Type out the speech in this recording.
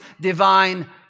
divine